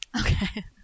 okay